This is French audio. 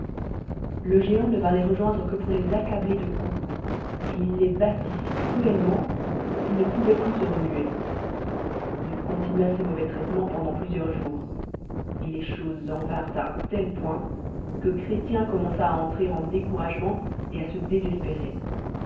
le géaut ne vint les rejoindre que pour les accabler de coup et il les battit si cruellement cu'ill ne pouvoient pi as se remuer il connua ses jmùvaistraitembnts pendantplusieurs jours et les choses en vinrent à un tel point que chrétien commença àentrcred découragement et à se désespérer